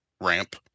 ramp